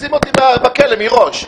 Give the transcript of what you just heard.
שים אותי בכלא מראש.